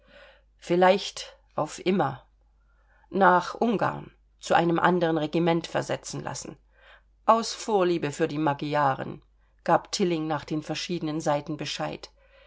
vielleicht auf immer nach ungarn zu einem anderen regiment versetzen lassen aus vorliebe für die magyaren gab tilling nach den verschiedenen seiten bescheid